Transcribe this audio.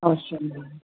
అవసరం లేదు